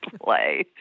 play